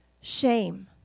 shame